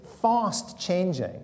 fast-changing